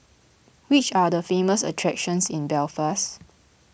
which are the famous attractions in Belfast